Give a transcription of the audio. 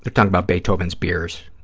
they're talking about beethoven's beers,